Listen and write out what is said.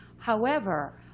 however,